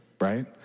right